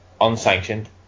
unsanctioned